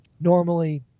normally